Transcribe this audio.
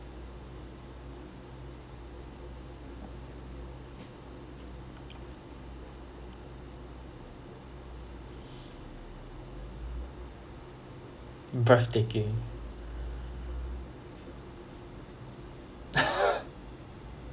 breathtaking